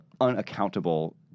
unaccountable